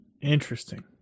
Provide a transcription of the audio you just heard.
Interesting